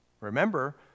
Remember